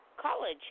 college